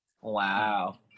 Wow